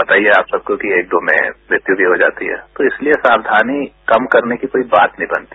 पता ही है आप सबको कि एक दो में मृत्यु भी हो जाती है तो इसलिए सावधानी कम करने की कोई बात नहीं बनती